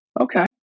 Okay